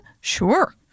Sure